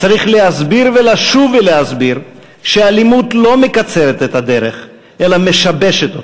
צריך להסביר ולשוב ולהסביר שאלימות לא מקצרת את הדרך אלא משבשת אותה.